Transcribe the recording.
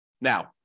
Now